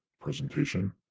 presentation